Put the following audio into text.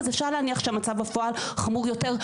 אז אפשר להניח שהמצב בפועל חמור יותר.